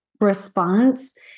response